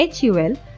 HUL